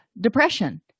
depression